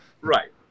right